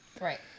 Right